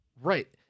Right